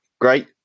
great